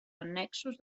annexos